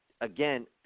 again